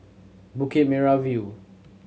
Bukit Merah View